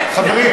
כאלה.